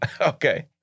Okay